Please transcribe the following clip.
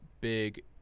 big